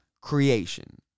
creation